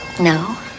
no